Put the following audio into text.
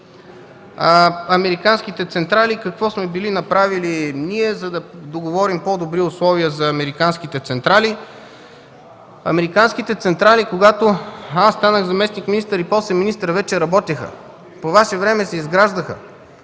Американските централи – какво сме били направили ние, за да договорим по-добри условия за американските централи? Американските централи, когато станах заместник-министър и после министър, вече работеха. По ваше време се изграждаха.